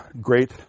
great